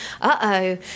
uh-oh